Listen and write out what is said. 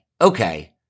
Okay